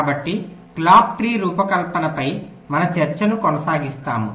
కాబట్టి clock tree రూపకల్పనపై మన చర్చను కొనసాగిస్తాము